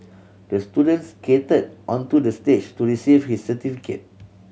the student skated onto the stage to receive his certificate